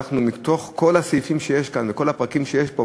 מתוך כל הסעיפים שיש כאן וכל הפרקים שיש פה,